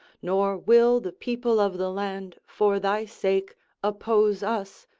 nor will the people of the land for thy sake oppose us,